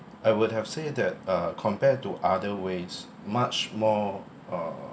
I would have say that uh compared to other ways much more uh